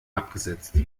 abgesetzt